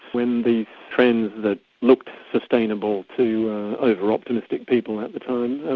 when the trends that looked sustainable to over-optimistic people at the time,